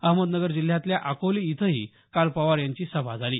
अहमदनगर जिल्ह्यातल्या अकोले इथंही काल पवार यांची सभा झाली